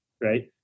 right